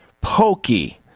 pokey